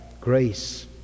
Grace